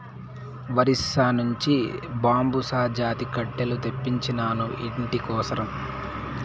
ఒరిస్సా నుంచి బాంబుసా జాతి కట్టెలు తెప్పించినాను, ఇంటి కోసరం